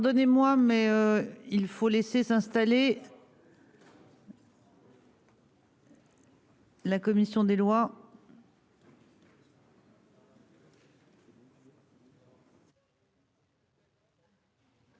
Pardonnez-moi mais il faut laisser s'installer. La commission des lois.